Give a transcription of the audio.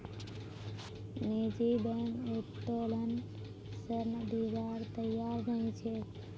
निजी बैंक उत्तोलन ऋण दिबार तैयार नइ छेक